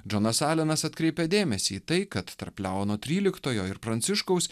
džonas alenas atkreipė dėmesį į tai kad tarp leono tryliktojo ir pranciškaus